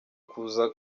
kuza